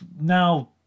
now